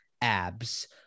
abs